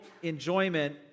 enjoyment